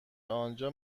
آنجا